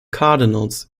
cardinals